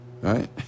right